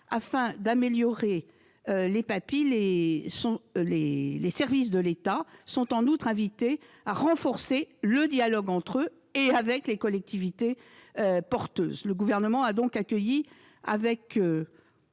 Afin d'améliorer les PAPI, les services de l'État sont en outre invités à renforcer le dialogue entre eux et avec les collectivités porteuses. Le Gouvernement a donc accueilli